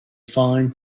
fine